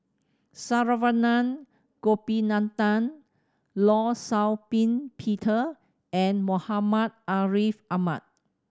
Saravanan Gopinathan Law Shau Ping Peter and Muhammad Ariff Ahmad